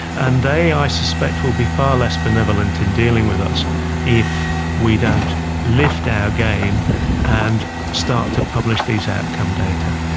and they i suspect will be far less benevolent in dealing with us if we don't lift our game and start to publish these outcome data.